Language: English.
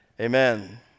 Amen